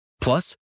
Plus